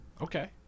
okay